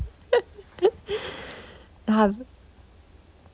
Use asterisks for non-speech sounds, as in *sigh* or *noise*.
*laughs* I have